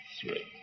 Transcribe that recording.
three